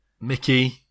Mickey